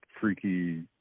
freaky